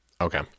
Okay